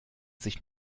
sich